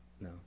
No